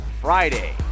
Friday